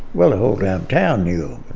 well, the whole damn town knew.